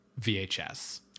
VHS